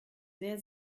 sehr